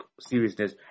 seriousness